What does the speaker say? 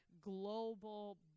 global